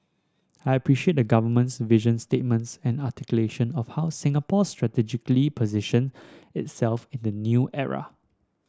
I appreciate the Government's vision statements and articulation of how Singapore should strategically position itself in the new era